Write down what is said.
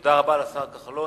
תודה רבה לשר כחלון.